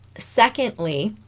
secondly